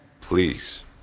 Please